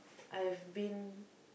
I've been